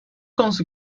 konusu